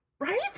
Right